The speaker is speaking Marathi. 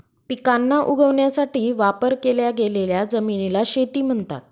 पिकांना उगवण्यासाठी वापर केल्या गेलेल्या जमिनीला शेती म्हणतात